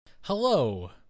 Hello